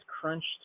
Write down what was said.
crunched